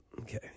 Okay